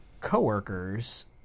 coworkers